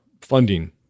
funding